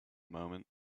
moment